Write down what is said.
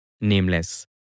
nameless